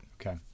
Okay